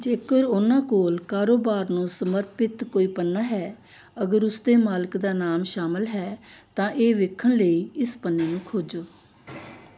ਜੇਕਰ ਉਹਨਾਂ ਕੋਲ ਕਾਰੋਬਾਰ ਨੂੰ ਸਮਰਪਿਤ ਕੋਈ ਪੰਨਾ ਹੈ ਅਗਰ ਉਸ ਦੇ ਮਾਲਕ ਦਾ ਨਾਮ ਸ਼ਾਮਲ ਹੈ ਤਾਂ ਇਹ ਵੇਖਣ ਲਈ ਇਸ ਪੰਨੇ ਨੂੰ ਖੋਜੋ